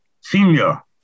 senior